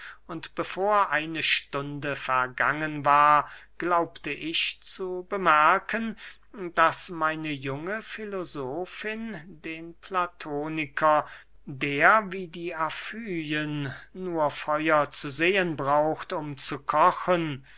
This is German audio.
und bevor eine stunde vergangen war glaubte ich zu bemerken daß meine junge filosofin den platoniker der wie die afyen nur feuer zu sehen braucht um zu kochen